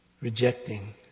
rejecting